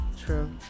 True